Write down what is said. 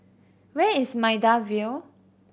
where is Maida Vale